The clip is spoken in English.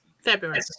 february